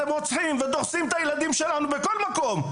אתם רוצחים ודורסים את הילדים שלנו בכל מקום,